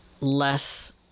less